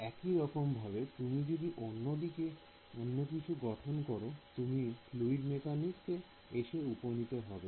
একই রকম ভাবে তুমি যদি অন্যকিছু গঠন করো তুমি ফ্লুইড মেকানিকস এ এসে উপনীত হবে